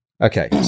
Okay